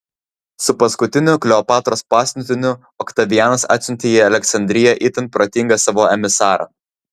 su paskutiniu kleopatros pasiuntiniu oktavianas atsiuntė į aleksandriją itin protingą savo emisarą